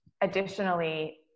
additionally